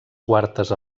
quartes